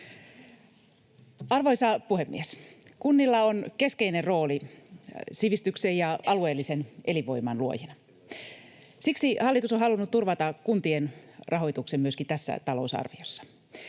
Arvoisa puhemies! Kunnilla on keskeinen rooli sivistyksen ja alueellisen elinvoiman luojina. Siksi hallitus on halunnut turvata kuntien rahoituksen myöskin tässä talousarviossa.